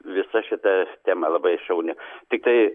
visa šita tema labai šauni tiktai